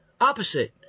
opposite